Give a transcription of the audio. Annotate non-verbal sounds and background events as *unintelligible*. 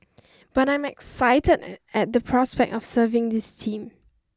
but I'm excited *unintelligible* at the prospect of serving this team